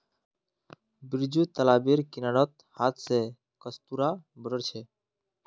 बिरजू तालाबेर किनारेर हांथ स कस्तूरा बटोर छ